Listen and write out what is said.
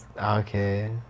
Okay